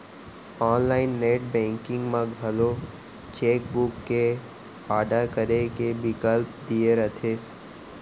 online net banking म घलौ check book के आडर करे के बिकल्प दिये रथे